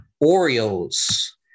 Orioles